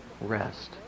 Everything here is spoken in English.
rest